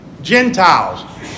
Gentiles